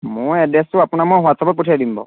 মই এড্ৰেছটো আপোনাক মই হোৱাটছআপত পঠিয়াই দিম বাৰু